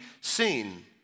seen